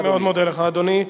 אני מאוד מודה לך, אדוני.